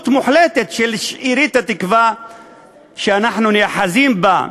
מוחלטת של שארית התקווה שאנחנו נאחזים בה?